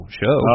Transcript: show